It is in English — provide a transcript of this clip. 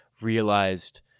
realized